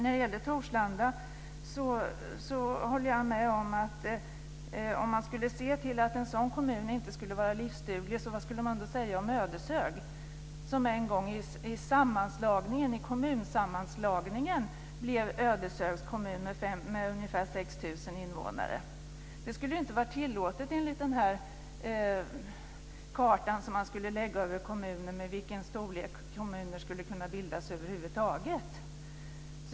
Om man säger att en kommun som Torslanda inte skulle vara livsduglig, vad skulle man då säga om Ödeshög, som en gång i kommunsammanslagningen blev Ödeshögs kommun med ungefär 6 000 invånare? Det skulle inte vara tillåtet enligt den här kartan som talar om vid vilken storlek kommuner skulle kunna bildas över huvud taget.